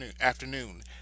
afternoon